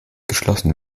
geschlossen